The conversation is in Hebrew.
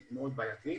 הציבור.